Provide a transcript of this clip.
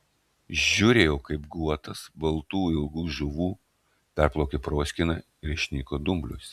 žiūrėjau kaip guotas baltų ilgų žuvų perplaukė proskyną ir išnyko dumbliuose